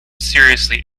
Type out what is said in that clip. seriously